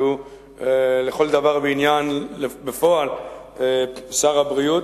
שהוא לכל דבר ועניין בפועל שר הבריאות,